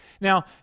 Now